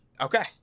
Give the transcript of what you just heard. Okay